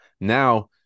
Now